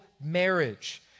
marriage